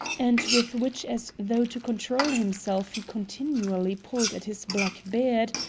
and with which as though to control himself, he continually pulled at his black beard,